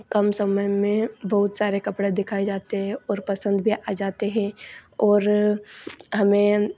कम समय में बहुत सारे कपड़े दिखाए जाते हैं और पसंद भी आ जाते हैं और हमें